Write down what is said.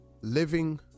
living